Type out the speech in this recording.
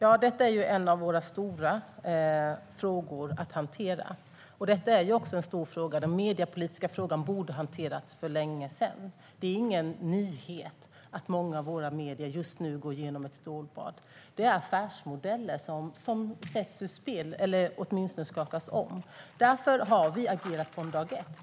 Herr talman! Den mediepolitiska frågan är en av våra stora frågor att hantera, och den borde ha hanterats för länge sedan. Det är ingen nyhet att många av våra medier just nu går igenom ett stålbad. Det är affärsmodeller som sätts ur spel eller åtminstone skakas om. Därför har vi agerat från dag ett.